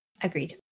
Agreed